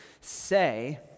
Say